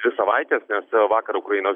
dvi savaites nes vakar ukrainos